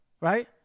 right